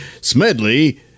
Smedley